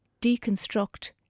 deconstruct